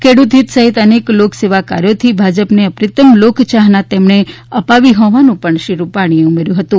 ખેડૂત હિત સહિત અનેક લોક સેવા કાર્યોથી ભાજપાને અપ્રતિમ લોકચાહના તેમણે અપાવી હોવાનું પણ શ્રી રૂપાણી એ ઉમેર્યું હતું